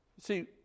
See